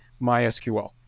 MySQL